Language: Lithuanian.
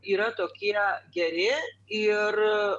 yra tokie geri ir